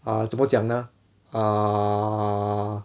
err 怎么讲呢 err err